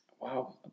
Wow